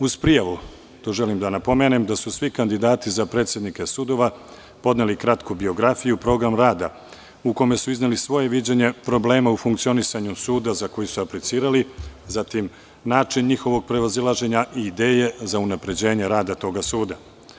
Uz prijavu, to želim da napomenem, da su svi kandidati za predsednike sudova, podneli kratku biografiju, program rada u kome su izneli svoje viđenje problema u funkcionisanju suda za koji su aplicirali, zatim, način njihovog prevazilaženja i ideje za unapređenje rada toga suda.